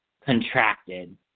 contracted